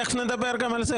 תכף נדבר גם על זה,